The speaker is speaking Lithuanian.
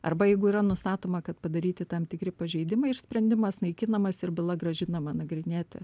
arba jeigu yra nustatoma kad padaryti tam tikri pažeidimai ir sprendimas naikinamas ir byla grąžinama nagrinėti